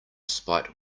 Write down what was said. spite